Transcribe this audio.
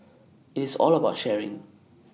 it's all about sharing